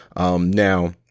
now